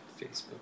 Facebook